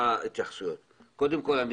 כמה התייחסות: קודם כול,